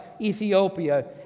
Ethiopia